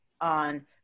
on